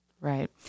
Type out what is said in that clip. Right